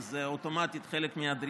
אז זה אוטומטית חלק מהדרישה,